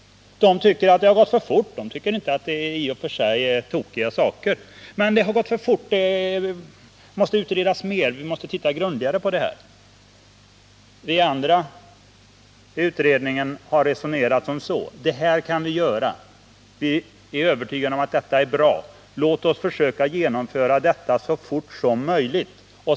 De tycker inte att det i och för sig är tokiga saker som vi föreslår, men de anser att det har gått för fort, att det behöver utredas mer och att vi måste titta grundligare på det här. Vi andra i utredningen har däremot resonerat som så: Det här kan vi göra, och vi är övertygade om att detta är bra, så låt oss försöka genomföra det så fort som möjligt.